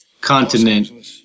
continent